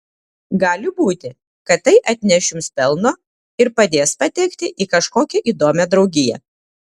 gali būti kad tai atneš jums pelno ir padės patekti į kažkokią įdomią draugiją